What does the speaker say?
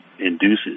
induces